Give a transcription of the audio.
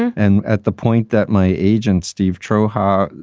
and at the point that my agent, steve toha,